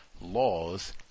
laws